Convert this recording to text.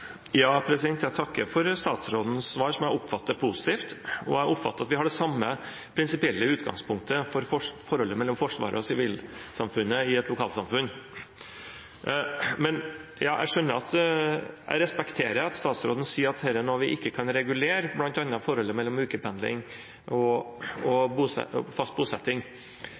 Jeg takker for statsrådens svar, som jeg oppfatter som positivt. Jeg oppfatter at vi har det samme prinsipielle utgangspunktet for forholdet mellom Forsvaret og sivilsamfunnet i et lokalsamfunn. Jeg respekterer at statsråden sier at dette er noe vi ikke kan regulere, bl.a. forholdet mellom ukependling og fast bosetting,